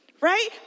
Right